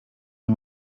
nie